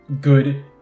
good